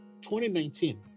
2019